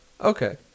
Okay